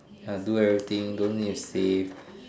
ya do everything don't need to save